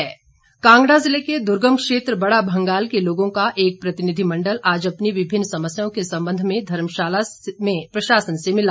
मांग कांगड़ा जिले के दूर्गम क्षेत्र बड़ा भंगाल के लोगों का एक प्रतिनिधिमण्डल आज अपनी विभिन्न समस्याओं के संबंध में धर्मशाला में प्रशासन से मिला